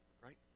right